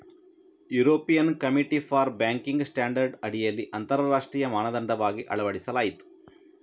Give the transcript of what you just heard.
European committee for banking standard ಅಡಿಯಲ್ಲಿ ಅಂತರರಾಷ್ಟ್ರೀಯ ಮಾನದಂಡವಾಗಿ ಅಳವಡಿಸಲಾಯಿತು